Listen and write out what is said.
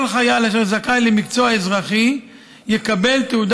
כל חייל אשר זכאי למקצוע אזרחי יקבל תעודה